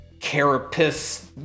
carapace